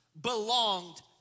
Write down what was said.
belonged